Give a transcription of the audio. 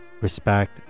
respect